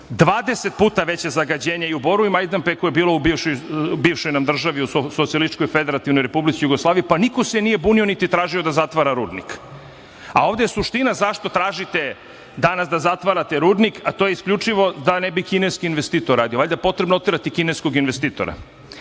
puta je veće zagađenje i u Boru i u Majdanpeku je bilo u bivšoj nam državi, u SFRJ, pa niko se nije bunio, niti je tražio da zatvara rudnik. A ovde je suština zašto tražite danas da zatvarate rudnik, a to je isključivo da ne bi kineski investitor radio. Valjda je potrebno oterati kineskog investitora. Ove